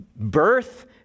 birth